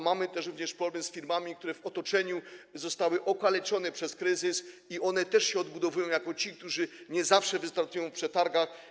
Mamy również problem z firmami w otoczeniu, które zostały okaleczone przez kryzys, i one też się odbudowują jako te, które nie zawsze wystartują w przetargach.